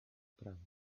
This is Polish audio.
prawo